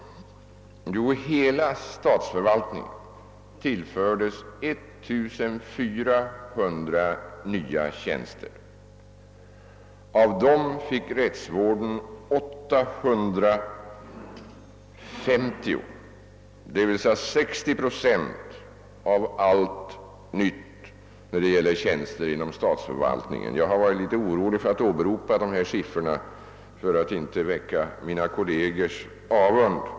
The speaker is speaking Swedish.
Jo, hela statsförvaltningen tillfördes 1400 nya tjänster. Av dem fick rättsvården 850, d.v.s. 60 procent av allt nytt i fråga om tjänster inom statsförvaltningen. Jag har tvekat att åberopa dessa siffror därför att jag varit orolig för att jag skulle väcka mina kollegers avund.